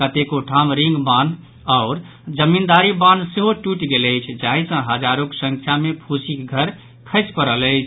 कतेको ठाम रिंग बान्ह आओर जमींदारी बान्ह सेहो ट्रटि गेल अछि जाहि सॅ हजारोक संख्या मे फूसिक घर खसि पड़ल अछि